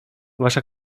wasza